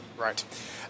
Right